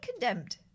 condemned